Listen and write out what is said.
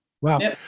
Wow